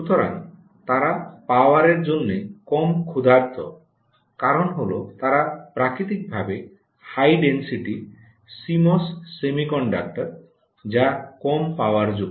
সুতরাং তারা পাওয়ারের জন্য কম ক্ষুধার্ত কারণ হল তারা প্রাকৃতিক ভাবে হাই ডেনসিটি সিএমওএস সেমিকন্ডাক্টর যা কম পাওয়ার যুক্ত